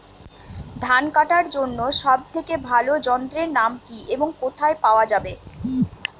ধান কাটার জন্য সব থেকে ভালো যন্ত্রের নাম কি এবং কোথায় পাওয়া যাবে?